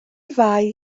fai